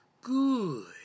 Good